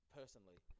personally